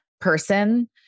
person